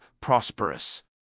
prosperous